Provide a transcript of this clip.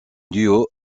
duo